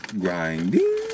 Grinding